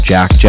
Jack